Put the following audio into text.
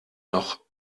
noch